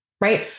right